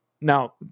now